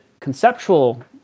conceptual